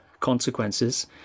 consequences